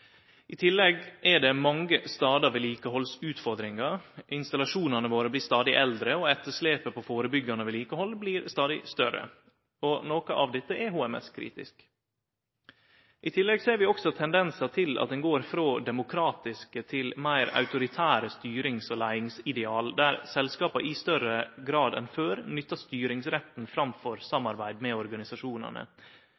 det mange stader vedlikehaldsutfordringar. Installasjonane våre blir stadig eldre, og etterslepet på førebyggjande vedlikehald blir stadig større. Noko av dette er HMT-kritisk. I tillegg ser vi også tendensar til at ein går frå demokratiske til meir autoritære styrings- og leiingsideal, der selskapa i større grad enn før nyttar styringsretten framfor